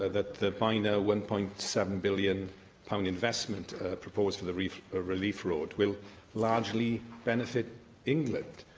ah that the by-now one point seven billion pounds investment proposed for the relief ah relief road will largely benefit england?